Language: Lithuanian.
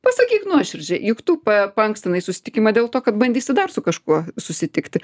pasakyk nuoširdžiai juk tu pa paankstinai susitikimą dėl to kad bandysi dar su kažkuo susitikti